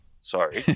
sorry